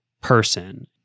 person